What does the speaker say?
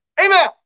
Amen